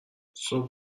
صبح